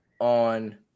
on